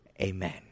Amen